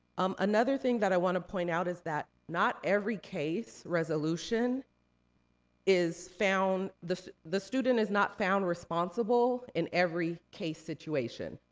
um another thing that i wanna point out is that not every case resolution is found, the the student is not found responsible in every case situation.